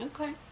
Okay